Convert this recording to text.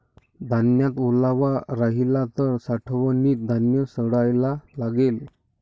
धान्यात ओलावा राहिला तर साठवणीत धान्य सडायला लागेल